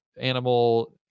animal